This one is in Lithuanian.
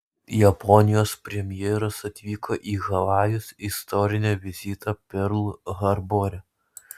japonijos premjeras atvyko į havajus istorinio vizito perl harbore